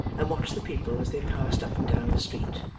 and watch the people as they passed up and down the street,